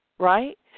right